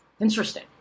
Interesting